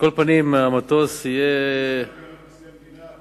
הזכרתי את נשיא המדינה,